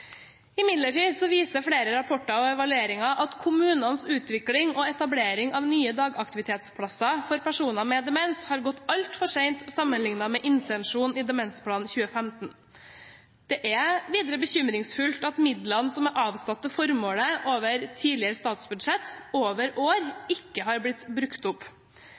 Imidlertid viser flere rapporter og evalueringer at kommunenes utvikling og etablering av nye dagaktivitetsplasser for personer med demens har gått altfor sent sammenlignet med intensjonen i Demensplan 2015. Det er videre bekymringsfullt at midlene som er avsatt til formålet over tidligere statsbudsjett over år, ikke er blitt brukt opp.